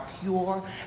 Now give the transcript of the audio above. pure